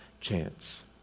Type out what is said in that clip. chance